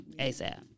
ASAP